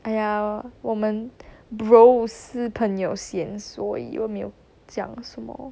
!aiya! 我们 bro 是朋友 sian 所以我没有讲什么